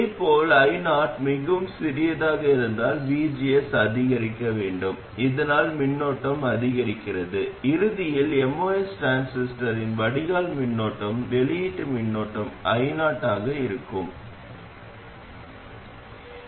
மேலும் வடிகால் வடிகால் மின்னோட்டம் வடிகால் முதல் மூலத்திற்கு பாய்கிறது அது வெளியீட்டு மின்னோட்டம் io ஆக இருக்கும் எனவே MOS டிரான்சிஸ்டரில் ஒரு மின்னோட்டம் பாய்கிறது அது நமது சுற்றுவட்டத்தின் வெளியீட்டு மின்னோட்டமாக இருக்க வேண்டும்